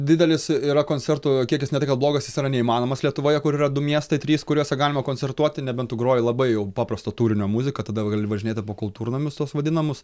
didelis yra koncertų kiekis ne tai kad blogas jis yra neįmanomas lietuvoje kur yra du miestai trys kuriuose galima koncertuoti nebent tu groji labai jau paprasto turinio muziką tada gali važinėti po kultūrnamius tuos vadinamus